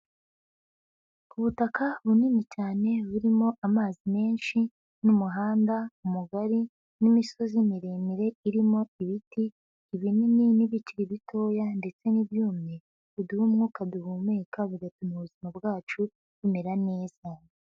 Ubutaka bunini cyane burimo amazi menshi n'umuhanda mugari ,n'imisozi miremire irimo ibiti, ibinini n'ibikiri bitoya ndetse n'ibyumye ,biduha umwuka duhumeka bigatuma ubuzima bwacu bumera neza.